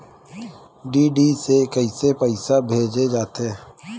DD से कइसे पईसा भेजे जाथे?